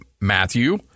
Matthew